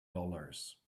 dollars